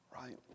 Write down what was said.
right